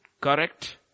correct